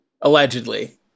allegedly